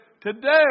today